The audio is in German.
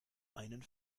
einen